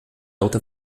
alta